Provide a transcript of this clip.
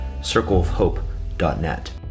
circleofhope.net